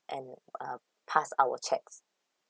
and uh pass our checks